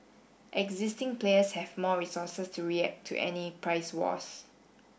existing players have more resources to react to any price wars